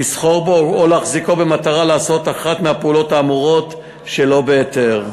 לסחור בו או להחזיקו במטרה לעשות אחת מהפעולות האמורות שלא בהיתר.